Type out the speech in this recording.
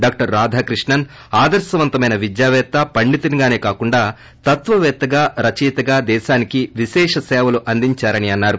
doctor Radhakrishnan ఆదర్శవంతమైన విద్యాపేత్త పండితునిగానే కాకుండా తత్వవేత్తగా రచయితగా దేశానికి విశేష సేవలు అందించారని అన్సారు